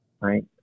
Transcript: right